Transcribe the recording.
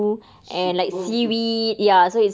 suitable to